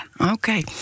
okay